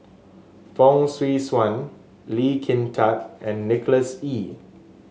Fong Swee Suan Lee Kin Tat and Nicholas Ee